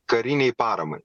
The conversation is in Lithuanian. karinei paramai